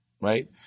Right